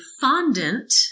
fondant